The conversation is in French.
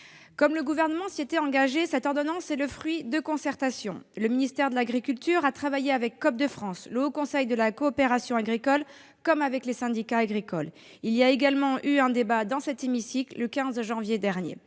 Comme le Gouvernement s'y était engagé, cette ordonnance est le fruit de concertations. Le ministère de l'agriculture a travaillé avec Coop de France, le Haut Conseil de la coopération agricole, comme avec les syndicats agricoles. Il y a également eu un débat dans cet hémicycle le 15 janvier dernier.